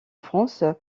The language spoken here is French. france